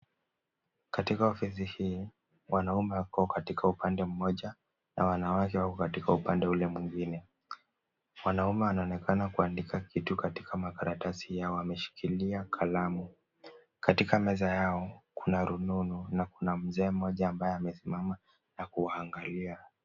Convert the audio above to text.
Katika ofisi hii wanaume wako katika upande moja na wanawake wako upande ule mwingine. Mwanaume anaonekana kuandika kitu katika makaratasi yao, ameshikilia kalamu. Katika meza yao kuna rununu na kuna mzee ambaye amesimama na kuwaangalia.